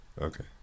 Okay